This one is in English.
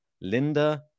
Linda